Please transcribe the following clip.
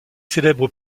célèbre